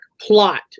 plot